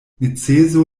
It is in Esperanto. neceso